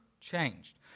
changed